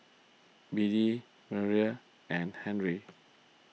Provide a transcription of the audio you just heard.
Biddie Merrie and Harvy